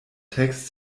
text